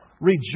Rejoice